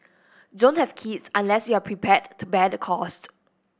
don't have kids unless you are prepared to bear the costs